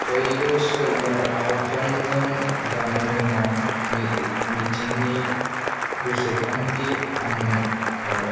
फैगौ सुकुरबाराव टमजों जानो गोनां मिटिंनि गोसोखांथि आंनो हर